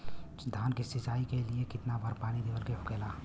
धान की सिंचाई के लिए कितना बार पानी देवल के होखेला?